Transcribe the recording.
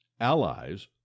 allies